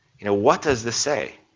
you know, what does this say?